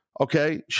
Okay